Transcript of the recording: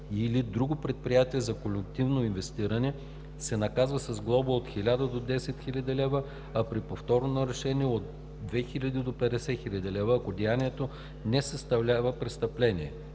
или друго предприятие за колективно инвестиране, се наказва с глоба от 1000 до 10 000 лв., а при повторно нарушение – от 2000 до 50 000 лв., ако деянието не съставлява престъпление.“.